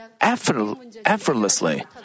effortlessly